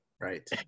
Right